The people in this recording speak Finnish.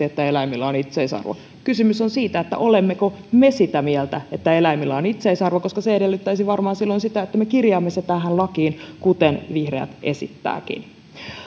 että eläimillä on itseisarvo kysymys on siitä olemmeko me sitä mieltä että eläimillä on itseisarvo koska se edellyttäisi varmaan silloin sitä että me kirjaamme sen tähän lakiin kuten vihreät esittääkin